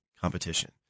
competition